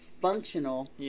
functional